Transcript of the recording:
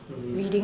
mm